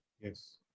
Yes